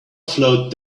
flowed